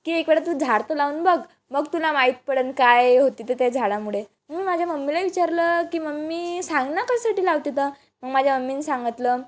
की इकडं तू झाड तर लावून बघ मग तुला माहीत पडेल काय होती तर त्या झाडामुळे मी माझ्या मम्मीला विचारलं की मम्मी सांग ना कशासाठी लावते तर मग माझ्या मम्मीनं सांगतलं